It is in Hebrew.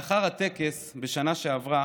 לאחר הטקס בשנה שעברה